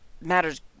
matters